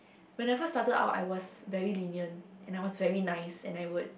when I first started out I was very lenient and I was very nice and I would